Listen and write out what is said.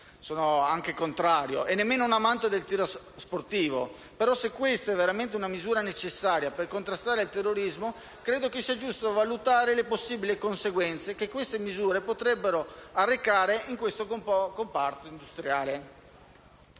sono il contrario) e nemmeno un amante del tiro sportivo, però se questa è veramente una misura necessaria per contrastare il terrorismo, credo sia giusto valutare le possibili conseguenze che tali misure potrebbero arrecare in questo comparto industriale.